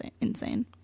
insane